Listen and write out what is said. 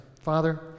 Father